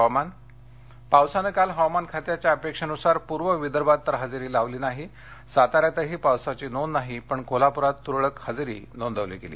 हवामान पावसानं काल हवामान खात्याच्या अपेक्षेनुसार पूर्व विदर्भात तर हजेरी लावली नाही साताऱ्यातही पावसाची नोंद नाही पण कोल्हापूरात तुरळक इजेरी नोंदवली गेली